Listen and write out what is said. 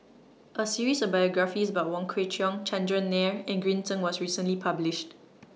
A series of biographies about Wong Kwei Cheong Chandran Nair and Green Zeng was recently published